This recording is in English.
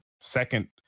Second